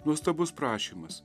nuostabus prašymas